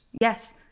yes